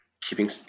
keeping